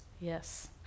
yes